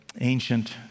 ancient